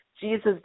Jesus